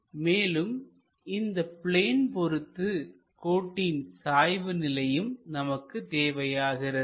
மேலும் இந்த பிளேன் பொறுத்து கோட்டின் சாய்வு நிலையும் நமக்கு தேவையாகிறது